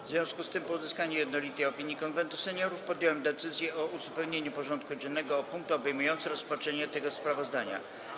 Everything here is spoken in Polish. W związku z pozyskaniem jednolitej opinii Konwentu Seniorów podjąłem decyzję o uzupełnieniu porządku dziennego o punkt obejmujący rozpatrzenie tego sprawozdania.